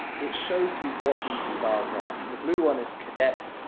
it shows you what these stars are. so, the blue one is cadet,